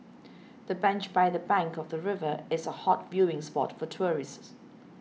the bench by the bank of the river is a hot viewing spot for tourists